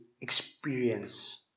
experience